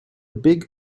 big